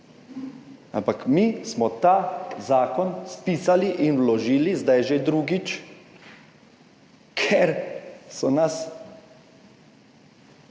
Ampak mi smo ta zakon spisali in vložili zdaj že drugič, ker so nas